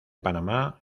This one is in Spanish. panamá